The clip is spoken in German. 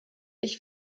ich